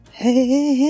hey